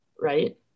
right